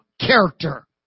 character